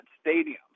stadium